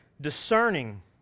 discerning